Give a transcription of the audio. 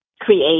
create